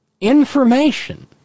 information